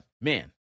man